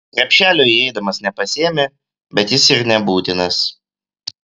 krepšelio įeidamas nepasiėmė bet jis ir nebūtinas